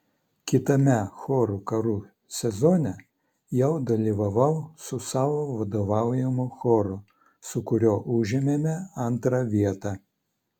kitame chorų karų sezone jau dalyvavau su savo vadovaujamu choru su kuriuo užėmėme antrą vietą